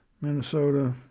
Minnesota